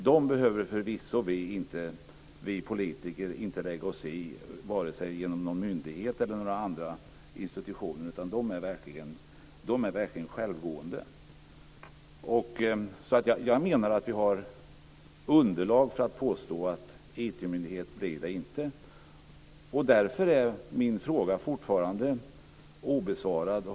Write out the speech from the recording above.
De behöver vi politiker förvisso inte lägga oss i vare sig genom någon myndighet eller genom några andra institutioner, utan de är verkligen självgående. Jag menar alltså att vi har underlag för att påstå att det inte blir någon IT-myndighet. Därför är min fråga fortfarande obesvarad.